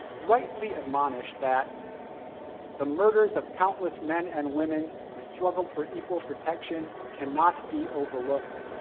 rightly admonished that the murders of countless men and women who struggled for equal protection cannot be overlooked.